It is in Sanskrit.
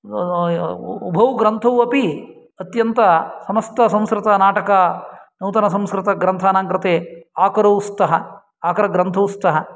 उभौ ग्रन्थौ अपि अत्यन्त समस्तसंस्कृतनाटकानां नूतन संस्कृतग्रन्थानां कृते आकरौ स्तः आकरग्रन्थौ स्तः